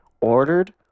ordered